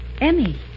Emmy